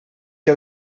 que